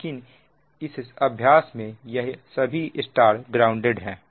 लेकिन इस अभ्यास में यह सभी Y ग्राउंडेड है